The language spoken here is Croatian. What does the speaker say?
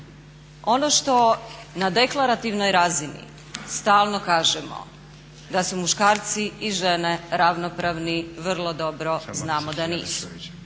Ono što na deklarativnoj razini stalno kažemo da su muškarci i žene ravnopravni vrlo dobro znamo da nisu.